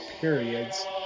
periods